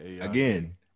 Again